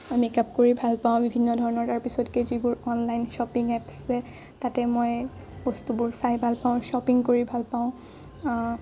মই মেকআপ কৰি ভাল পাওঁ বিভিন্ন ধৰণৰ তাৰপিছতকে যিবোৰ অনলাইন শ্বপিং এপচ আছে তাতে মই বস্তুবোৰ চাই ভাল পাওঁ শ্বপিং কৰি ভাল পাওঁ